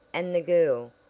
and the girl,